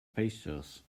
pastures